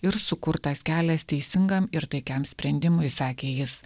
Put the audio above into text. ir sukurtas kelias teisingam ir taikiam sprendimui sakė jis